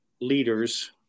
leaders